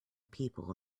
people